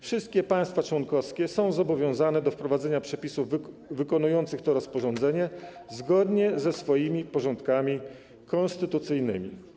Wszystkie państwa członkowskie są zobowiązane do wprowadzenia przepisów wykonujących to rozporządzenie zgodnie ze swoimi porządkami konstytucyjnymi.